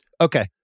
Okay